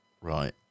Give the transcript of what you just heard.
Right